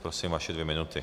Prosím, vaše dvě minuty.